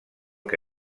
que